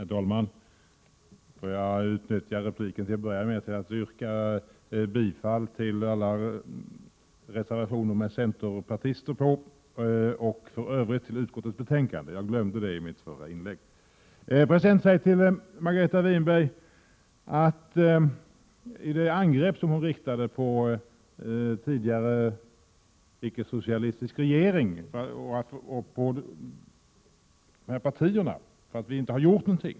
Herr talman! Låt mig till att börja med utnyttja repliken till att yrka bifall till alla reservationer som centerpartiet står bakom och i övrigt till utskottets hemställan — jag glömde det i mitt förra inlägg. Margareta Winberg angrep tidigare icke-socialistiska regeringar och de borgerliga partierna för att inte ha gjort någonting.